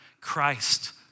Christ